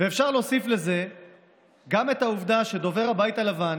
ואפשר להוסיף לזה גם את העובדה שדובר הבית הלבן